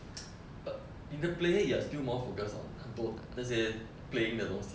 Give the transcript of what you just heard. uh in the play you are still more focus on 很多那些 playing 的东西